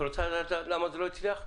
רוצה לדעת למה זה לא הצליח?